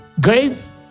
grave